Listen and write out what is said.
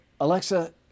Alexa